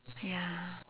ya